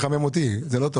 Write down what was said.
אקונומיים על ה-10% האלה?